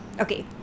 okay